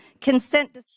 consent